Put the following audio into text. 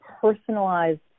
personalized